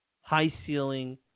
high-ceiling